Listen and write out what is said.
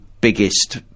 biggest